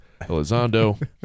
Elizondo